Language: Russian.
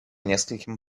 нескольким